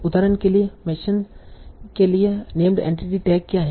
उदाहरण के लिए मेंशन के लिए नेम्ड एंटिटी टैग क्या है